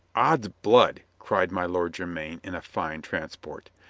ods blood! cried my lord jermyn in a fine transport,